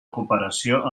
cooperació